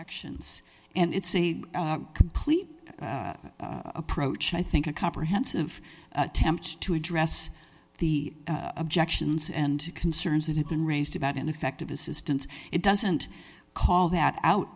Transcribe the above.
actions and it's a complete approach i think a comprehensive attempts to address the objections and concerns that have been raised about ineffective assistance it doesn't call that out